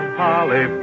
holly